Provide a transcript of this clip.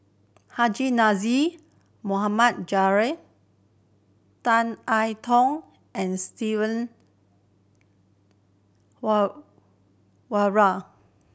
Haji Namazie Mohd Javad Tan I Tong and Steven Warren